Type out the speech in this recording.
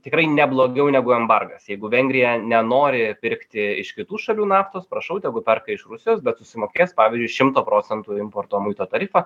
tikrai ne blogiau negu embargas jeigu vengrija nenori pirkti iš kitų šalių naftos prašau tegu perka iš rusijos bet susimokės pavyzdžiui šimto procentų importo muito tarifą